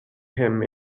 him